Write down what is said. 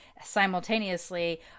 simultaneously